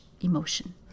emotion